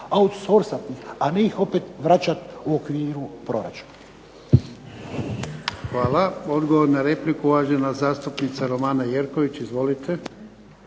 oursourcati a ne ih opet vraćati u okviru proračuna.